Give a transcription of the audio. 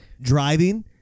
driving